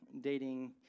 dating